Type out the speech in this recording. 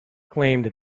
claimed